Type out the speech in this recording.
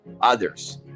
others